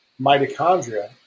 mitochondria